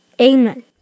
Amen